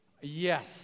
Yes